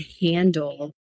handle